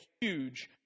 huge